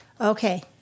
Okay